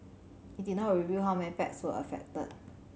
it did not reveal how many packs were affected